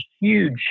huge